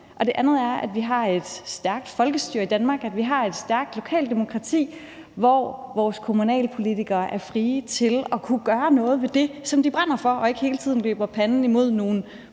at sørge for, at vi har et stærkt folkestyre i Danmark, og at vi har et stærkt lokaldemokrati, hvor vores kommunalpolitikere er frie til at kunne gøre noget ved det, som de brænder for, og ikke hele tiden løber panden imod nogle